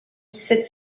cette